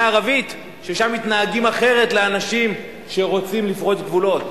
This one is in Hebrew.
ערבית ששם מתנהגים אחרת לאנשים שרוצים לפרוץ גבולות.